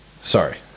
sorry